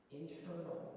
internal